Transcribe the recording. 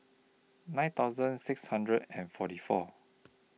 nine thousand six hundred and forty four